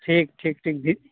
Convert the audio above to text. ᱴᱷᱤᱠ ᱴᱷᱤᱠ ᱴᱷᱤᱠ